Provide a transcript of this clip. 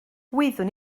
wyddwn